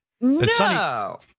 No